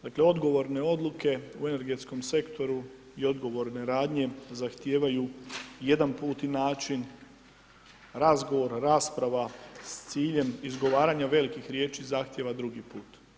Dakle, odgovorne odluke u energetskom sektoru i odgovorne radnje zahtijevaju jedan put i način, razgovor, rasprava s ciljem izgovaranja velikih riječi, zahtijeva drugi put.